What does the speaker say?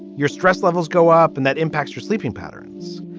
your stress levels go up and that impacts your sleeping patterns.